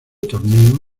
torneo